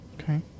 Okay